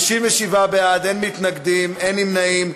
57 בעד, אין מתנגדים, אין נמנעים.